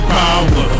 power